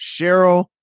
Cheryl